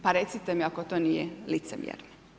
Pa recite mi ako to nije licemjerno?